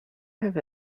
have